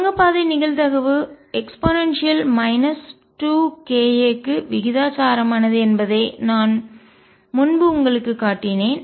சுரங்கப்பாதை நிகழ்தகவு e 2ka க்கு விகிதாசாரமானது என்பதை நான் முன்பு உங்களுக்குக் காட்டினேன்